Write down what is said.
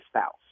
spouse